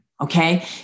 Okay